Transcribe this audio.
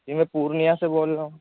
جی میں پورنیہ سے بول رہا ہوں